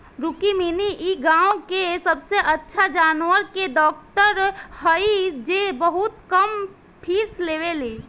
रुक्मिणी इ गाँव के सबसे अच्छा जानवर के डॉक्टर हई जे बहुत कम फीस लेवेली